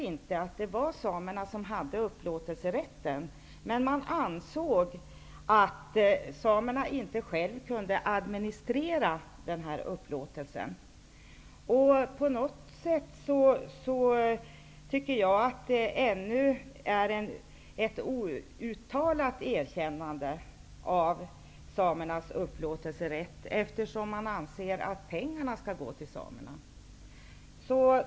Man ansåg emellertid att samerna inte själva kunde administrera upplåtelser. Jag tycker att det på något sätt är ett outtalat erkännande av samernas upplåtelserätt när man anser att pengarna skall gå till samerna.